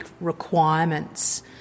requirements